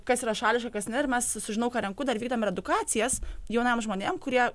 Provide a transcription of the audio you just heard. kas yra šališka kas ne ir mes su žinau ką renku dar vykdom ir edukacijas jaunam žmonėm kurie